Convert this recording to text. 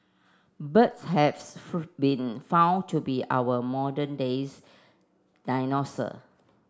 birds have been found to be our modern day